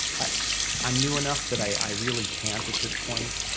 but i'm new enough, that i really can't at this point.